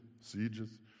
sieges